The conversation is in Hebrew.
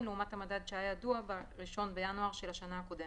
לעומת המדד שהיה ידוע ב-1 בינואר של השנה הקודמת,